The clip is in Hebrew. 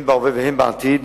הן בהווה והן בעתיד,